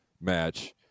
match